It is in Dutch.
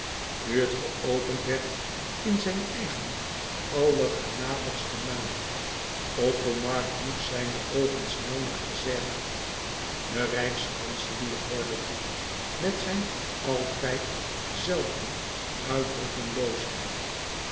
het geopend werd in zijn eigen allergenadigsten naam othomar hief zijne oogen snel naar ezzera de rijkskanselier hoorde toe met zijn altijd